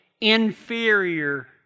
inferior